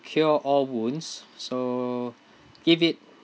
cure all wounds so give it